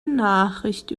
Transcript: nachricht